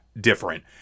different